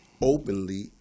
openly